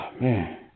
man